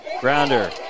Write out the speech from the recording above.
grounder